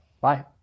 Bye